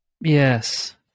Yes